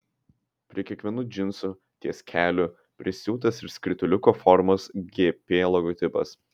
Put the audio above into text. prie kiekvienų džinsų ties keliu prisiūtas ir skrituliuko formos gp logotipas